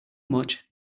much